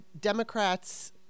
Democrats